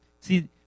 See